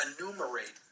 enumerate